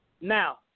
Now